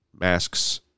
masks